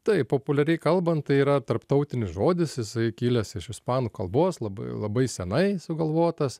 taip populiariai kalbant tai yra tarptautinis žodis jisai kilęs iš ispanų kalbos labai labai senai sugalvotas